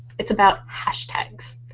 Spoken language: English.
it's about hashtags.